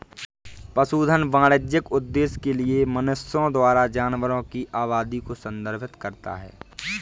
पशुधन वाणिज्यिक उद्देश्य के लिए मनुष्यों द्वारा जानवरों की आबादी को संदर्भित करता है